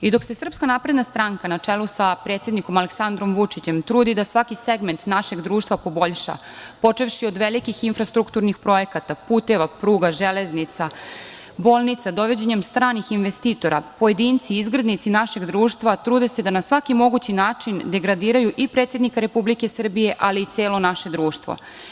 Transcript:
I dok se SNS, na čelu sa predsednikom Aleksandrom Vučićem, trudi da svaki segment našeg društva poboljša, počevši od velikih infrastrukturnih projekata, puteva, pruga, železnica, bolnica, dovođenjem stranih investitora, pojedinci izgrednici našeg društva trude se da na svaki mogući način degradiraju i predsednika Republike Srbije, ali i celo naše društvo.